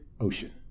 Ocean